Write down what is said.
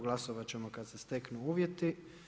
Glasovat ćemo kad se steknu uvjeti.